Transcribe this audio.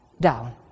down